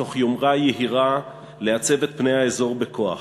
מתוך יומרה יהירה לעצב את פני האזור בכוח.